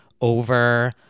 over